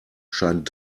scheint